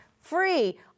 free